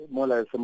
Mola